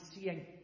seeing